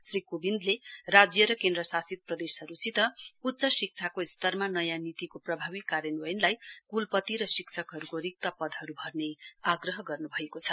श्री कोबिन्दले राज्य र केन्द्रशासित प्रदेशहरुसित उच्च शिक्षाको स्तरमा नयाँ नीतिको प्रभावी कार्यान्वयनलाई कुलपति र शिक्षकहरुको रिक्त पदहरु भर्ने आग्रह गर्न् भएको छ